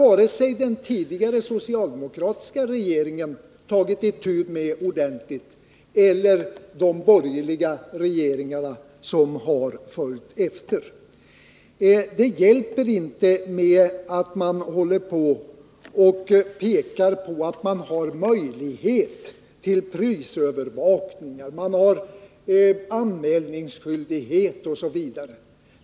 Varken den tidigare socialdemokratiska regeringen eller de borgerliga regeringar som har följt efter har tagit itu med detta ordentligt. Det hjälper inte att man håller på och pekar på att man har möjlighet till prisövervakning, att man har anmälningsskyldighet osv.